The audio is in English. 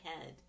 head